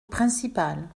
principale